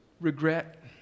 regret